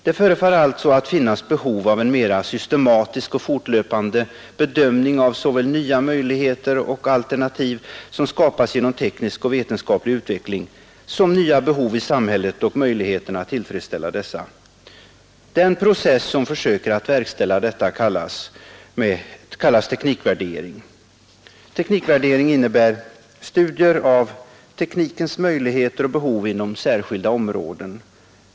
Det förefaller alltså att finnas behov av en mera systematisk och fortlöpande bedömning av såväl nya möjligheter och alternativ som skapas genom teknisk och vetenskaplig utveckling som via behov i samhället och möjligheterna att tillfredsställa dessa. En process som försöker verkställa detta kallas teknikvärdering. Teknikvärdering innebär studier av teknikens möjlighet och behov inom särskilda områden.